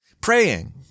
praying